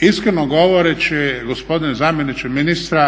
Iskreno govoreći gospodine zamjeniče ministra